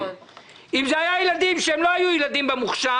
אם הם היו ילדים שלא במוכש"ר,